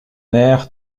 même